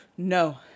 No